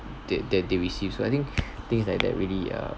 that that they receive so I think things like that really uh